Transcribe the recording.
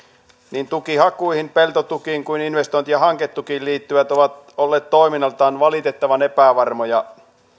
niin tukihakuihin peltotukiin kuin investointihanketukiin liittyvät ovat olleet toiminnaltaan valitettavan epävarmoja